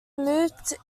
moved